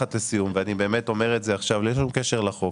אני באמת אומר את זה עכשיו בלי קשר לחוק.